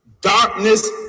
darkness